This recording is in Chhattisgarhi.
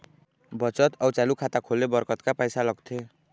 बचत अऊ चालू खाता खोले बर कतका पैसा लगथे?